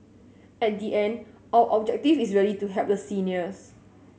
at the end our objective is really to help the seniors